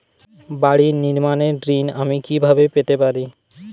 বাড়ি নির্মাণের ঋণ আমি কিভাবে পেতে পারি?